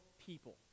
people